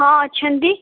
ହଁ ଅଛନ୍ତି